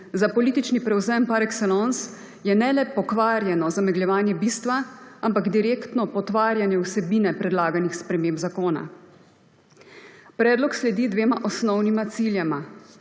za politični prevzem par excellence, je ne le pokvarjeno zamegljevanje bistva, ampak direktno potvarjanje vsebine predlaganih sprememb zakona. Predlog sledi dvema osnovnima ciljema.